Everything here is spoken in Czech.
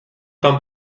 tam